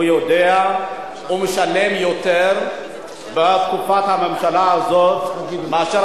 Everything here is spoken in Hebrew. משלם יותר בתקופת הממשלה הזאת מאשר